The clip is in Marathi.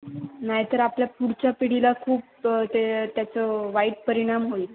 नाही तर आपल्या पुढच्या पिढीला खूप ते त्याचं वाईट परिणाम होईल